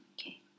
Okay